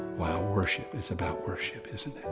wow. worship, it's about worship, isn't it?